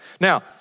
Now